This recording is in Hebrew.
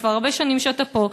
כבר הרבה שנים אתה פה,